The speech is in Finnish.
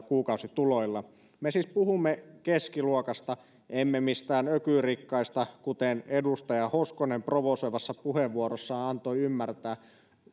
kuukausituloilla me siis puhumme keskiluokasta emme mistään ökyrikkaista kuten edustaja hoskonen provosoivassa puheenvuorossaan antoi ymmärtää